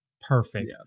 perfect